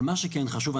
אבל מה שכן חשוב,